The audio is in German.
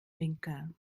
winkel